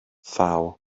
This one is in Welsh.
thaw